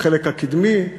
בחלק הקדמי?